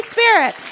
Spirit